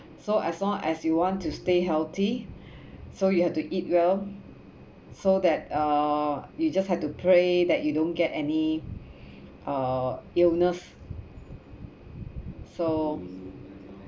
so as long as you want to stay healthy so you have to eat well so that uh you just have to pray that you don't get any uh illness so